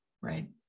Right